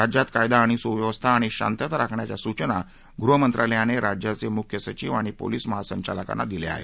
राज्यात कायदा आणि सुव्यवस्था आणि शांतता राखण्याच्या सूचना गृह मंत्रालयाने राज्यांचे मुख्य सचिव आणि पोलीस महासंचालकांना दिल्या आहेत